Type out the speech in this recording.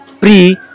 pre